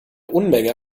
unmenge